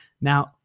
now